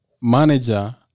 manager